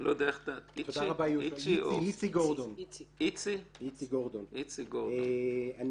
אני